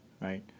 right